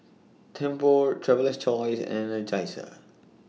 Tempur Traveler's Choice and Energizer